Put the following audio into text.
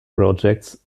projects